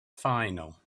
final